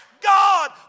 God